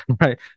right